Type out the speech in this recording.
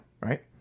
right